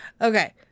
Okay